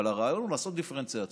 אבל הרעיון הוא לעשות דיפרנציאציה